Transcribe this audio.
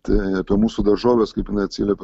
tai apie mūsų daržoves kaip jinai atsiliepė